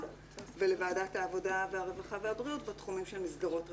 ולוועדת העבודה והרווחה והבריאות בתחומים של מסגרות רווחה.